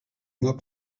mois